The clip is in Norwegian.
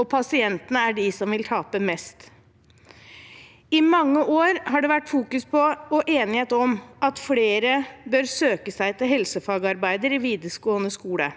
og pasientene er de som vil tape mest. I mange år har man fokusert på og vært enige om at flere bør søke seg til helsearbeiderfaget i videregående skole.